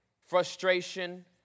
frustration